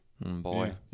Boy